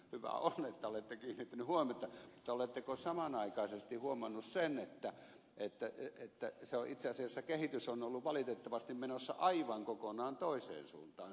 hyvä on että olette kiinnittänyt huomiota mutta oletteko samanaikaisesti huomannut sen että itse asiassa kehitys on ollut valitettavasti menossa aivan kokonaan toiseen suuntaan